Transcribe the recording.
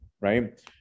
Right